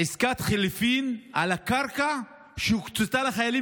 עסקת חליפין על הקרקע שהוקצתה לחיילים